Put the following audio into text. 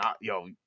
yo